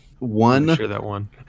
One